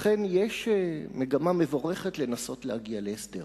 לכן, יש מגמה מבורכת לנסות להגיע להסדר,